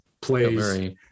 plays